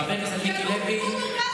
חבר הכנסת מיקי לוי,